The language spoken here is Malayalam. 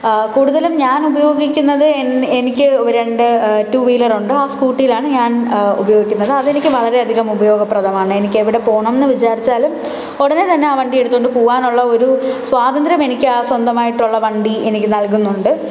കൂടുതലും ഞാൻ ഉപയോഗിക്കുന്നത് എൻ എനിക്ക് രണ്ട് ടൂവീലറൊണ്ട് ആ സ്കൂട്ടിയിലാണ് ഞാൻ ഉപയോഗിക്കുന്നത് അതെനിക്ക് വളരെയധികം ഉപയോഗപ്രദമാണ് എനിക്ക് എവിടെ പോണംന്ന് വിചാരിച്ചാലും ഉടനെ തന്നെ ആ വണ്ടിയെടുത്തോണ്ട് പൂവാനുള്ള ഒരു സ്വാതന്ത്ര്യം എനിക്ക് ആ സ്വന്തമായിട്ടൊള്ള വണ്ടി എനിക്ക് നൽകുന്നുണ്ട്